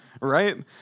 right